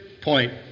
point